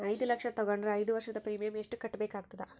ಐದು ಲಕ್ಷ ತಗೊಂಡರ ಐದು ವರ್ಷದ ಪ್ರೀಮಿಯಂ ಎಷ್ಟು ಕಟ್ಟಬೇಕಾಗತದ?